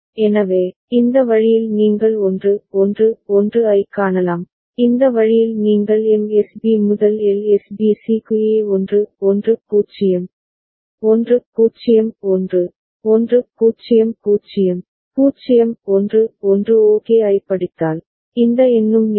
எனவே இந்த வழியில் நீங்கள் 1 1 1 ஐக் காணலாம் இந்த வழியில் நீங்கள் MSB முதல் LSB C க்கு A 1 1 0 1 0 1 1 0 0 0 1 1 ok ஐப் படித்தால் இந்த எண்ணும் நிலைகள்